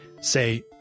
say